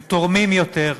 הם תורמים יותר,